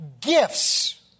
gifts